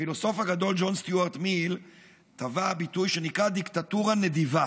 הפילוסוף הגדול ג'ון סטיוארט מיל טבע ביטוי שנקרא "דיקטטורה נדיבה".